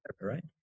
right